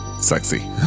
Sexy